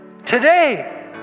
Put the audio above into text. today